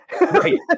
right